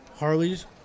Harleys